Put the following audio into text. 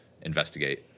investigate